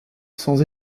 sans